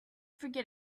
forget